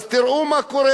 תראו מה קורה.